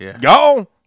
Go